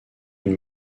une